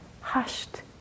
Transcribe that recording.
hushed